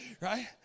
Right